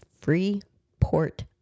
Freeport